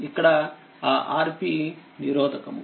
అక్కడఆRpనిరోధకము